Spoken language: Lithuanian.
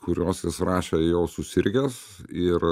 kurios jis rašė jau susirgęs ir